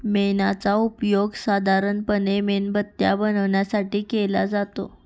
मेणाचा उपयोग साधारणपणे मेणबत्त्या बनवण्यासाठी केला जातो